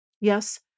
Yes